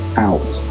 out